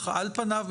על פניו,